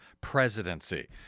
presidency